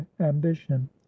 ambition